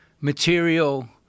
material